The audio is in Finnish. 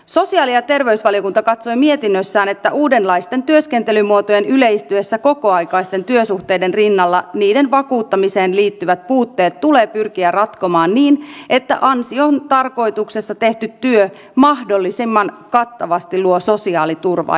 sosiaali ja terveysvaliokunta katsoi mietinnössään että uudenlaisten työskentelymuotojen yleistyessä kokoaikaisten työsuhteiden rinnalla niiden vakuuttamiseen liittyvät puutteet tulee pyrkiä ratkomaan niin että ansiotarkoituksessa tehty työ mahdollisimman kattavasti luo sosiaaliturvaa